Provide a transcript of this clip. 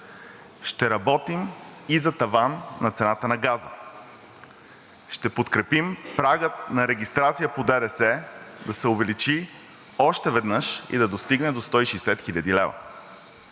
Ще работим и за таван на цената на газа. Ще подкрепим прага на регистрация по ДДС да се увеличи още веднъж и да достигне до 160 хил. лв.